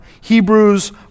Hebrews